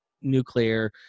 nuclear